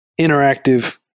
interactive